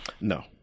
No